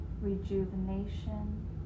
rejuvenation